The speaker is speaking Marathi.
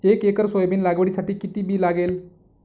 एक एकर सोयाबीन लागवडीसाठी किती बी लागेल?